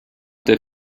der